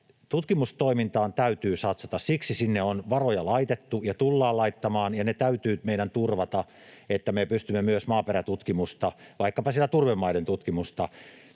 Tutkimustoimintaan täytyy satsata. Siksi sinne on varoja laitettu ja tullaan laittamaan. Ne täytyy meidän turvata, että me pystymme myös maaperätutkimusta, vaikkapa turvemaiden tutkimusta,